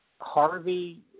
Harvey